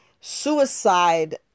suicide